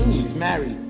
she's married?